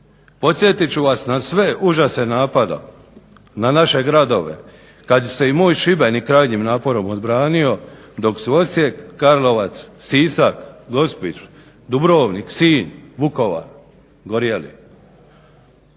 Podsjetit ću vas na sve užase napada, na naše gradove kad se i moj Šibenik krajnjim naporom obranio dok su Osijek, Karlovac, Sisak, Gospić, Dubrovnik, Sinj, Vukovar gorjeli.